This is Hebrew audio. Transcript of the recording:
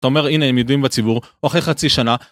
אתה אומר הנה הם ידועים בציבור, או אחרי חצי שנה